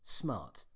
smart